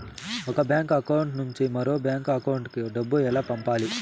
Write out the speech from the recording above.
ఒక bank account నుంచి మరొక బ్యాంకు అకౌంట్ కు డబ్బు ఎలా పంపాలి